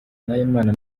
nahimana